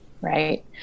Right